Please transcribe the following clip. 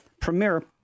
premier